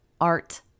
art